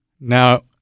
Now